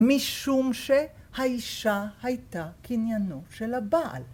‫משום שהאישה הייתה קניינו של הבעל.